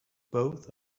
both